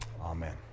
amen